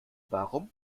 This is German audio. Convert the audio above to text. warum